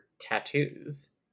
tattoos